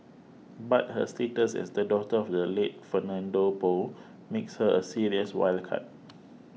but her status as the daughter of the late Fernando Poe makes her a serious wild card